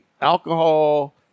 alcohol